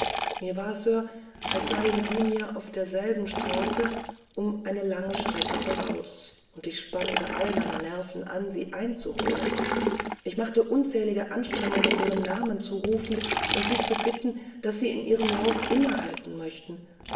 mir war sir als seien sie mir auf derselben straße um eine lange strecke voraus und ich spannte alle meine nerven an sie einzuholen ich machte unzählige anstrengungen ihren namen zu rufen und sie zu bitten daß sie in ihrem lauf innehalten möchten